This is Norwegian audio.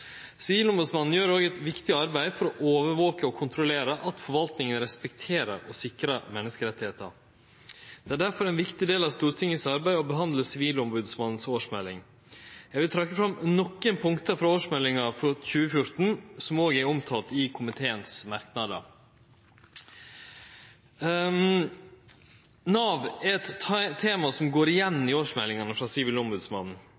Sivilombodsmannen gjer òg eit viktig arbeid for å overvake og kontrollere at forvaltninga respekterer og sikrar menneskerettar. Det er difor ein viktig del av Stortingets arbeid å behandle Sivilombodsmannens årsmelding. Eg vil trekkje fram nokre punkt frå årsmeldinga for 2014 som òg er omtalte i komiteen sine merknader. Nav er eit tema som går